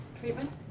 treatment